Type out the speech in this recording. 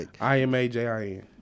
I-M-A-J-I-N